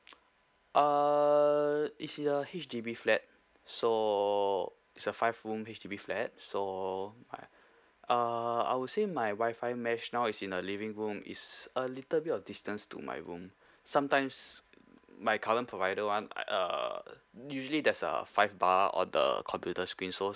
uh it's a H_D_B flat so it's a five room H_D_B flat so I uh I would say my wi-fi mesh now is in the living room it's a little bit of distance to my room sometimes my current provider [one] uh usually there's a five bar on the computer screen so